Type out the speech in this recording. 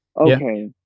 Okay